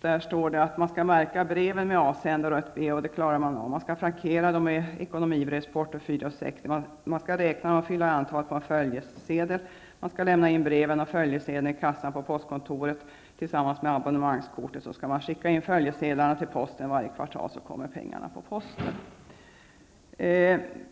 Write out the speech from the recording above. Breven skall märkas med avsändare och ett ''B''. Det kan man klara av. 4:60. Breven skall räknas, och antalet skall fyllas i på en följesedel. Breven och följesedeln skall lämnas in i kassan på postkontoret tillsammans med abonnemangskortet. Följesedlarna skall skickas till posten varje kvartal, så kommer pengarna tillbaka med posten.